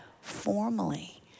formally